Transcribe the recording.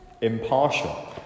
impartial